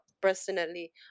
personally